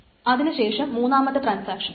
അതിനു ശേഷം മൂന്നാമത്തെ ട്രാൻസാക്ഷൻ